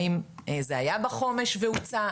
האם זה היה בחומש והוצע?